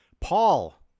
Paul